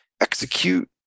execute